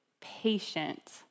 patient